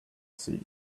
sea